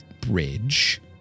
Bridge